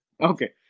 Okay